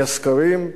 מהסקרים?